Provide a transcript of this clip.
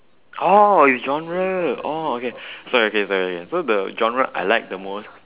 oh is genre oh okay so the genre I like the most